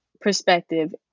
perspective